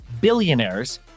billionaires